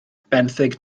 benthyg